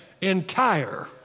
entire